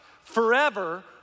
forever